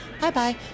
Bye-bye